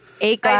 Eight